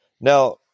Now